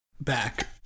back